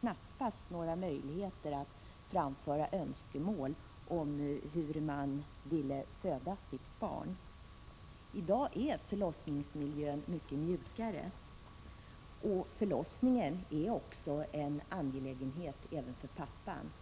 knappast hade några möjligheter att framföra önskemål om hur man ville föda sitt barn. I dag är förlossningsmiljön mycket mjukare, och förlossningen är en angelägenhet även för pappan.